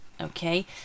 okay